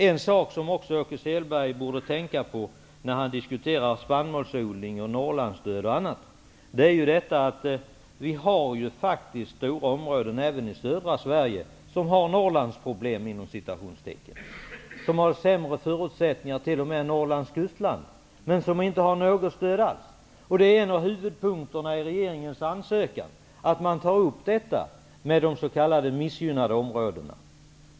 En annan sak som Åke Selberg borde tänka på när han diskuterar spannmålsodling, Norrlandsstöd och annat är att vi faktiskt har stora områden även i södra Sverige som har ''Norrlandsproblem'' och som t.o.m. har sämre förutsättningar än Norrlands kustland men som inte får något stöd alls. En av huvudpunkterna i regeringens EG-ansökan är att man tar upp de s.k. missgynnade områdena.